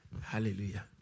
Hallelujah